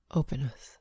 openness